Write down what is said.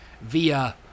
via